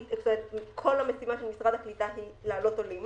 כל המשימה של משרד הקליטה היא להעלות עולים